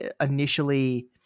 initially